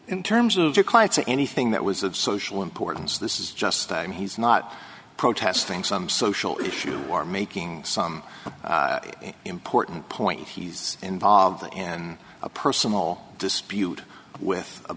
in terms of their clients or anything that was of social importance this is just i mean he's not protesting some social issue or making some important point he's involved in a personal dispute with a